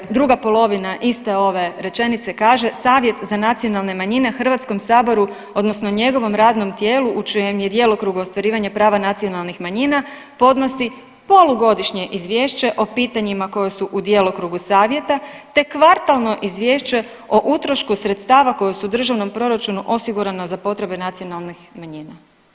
Dakle druga polovina iste ove rečenice kaže, Savjet za nacionalne manjine HS-u odnosno njegovom radnom tijelu u čijem je djelokrugu ostvarivanje prava nacionalnih manjina podnosi polugodišnje izvješće o pitanjima koji su u djelokrugu Savjeta te kvartalno izvješće o utrošku sredstava koja su u državnom proračunu osigurana za potrebe nacionalnih manjina.